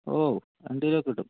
ഓ രണ്ട് കിലോയോക്കെ കിട്ടും